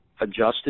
adjusted